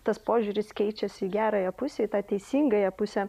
tas požiūris keičiasi į gerąją pusę į tą teisingąją pusę